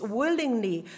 willingly